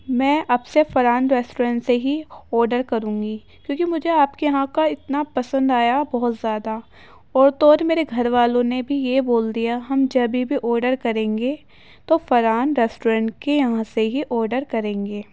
میں اب سے فرحان ریسٹورنٹ سے ہی آرڈر کروں گی کیوںکہ مجھے آپ کے یہاں کا اتنا پسند آیا بہت زیادہ اور تو اور میرے گھر والوں نے بھی یہ بول دیا ہم جبھی بھی آرڈر کریں گے تو فرحان ریسٹورنٹ کے یہاں سے ہی آرڈر کریں گے